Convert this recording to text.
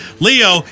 Leo